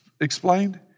explained